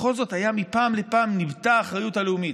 בכל זאת מפעם לפעם ניבטה האחריות הלאומית.